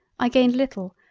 i gained little,